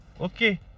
Okay